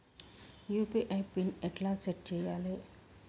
UPI PIN ఎట్లా set చేయాలే?